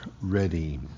ready